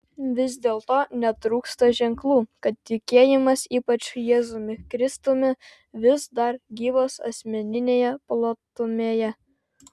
vis dėlto netrūksta ženklų kad tikėjimas ypač jėzumi kristumi vis dar gyvas asmeninėje plotmėje